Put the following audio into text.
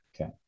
Okay